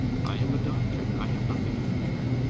i am a doctor i have nothing to fear.